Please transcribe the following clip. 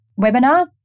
webinar